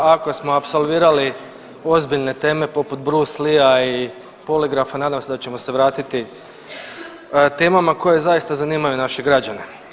Ako smo apsolvirali ozbiljne teme poput Bruce Leea i poligrafa nadam se da ćemo se vratiti temama koje zaista zanimaju naše građane.